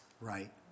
right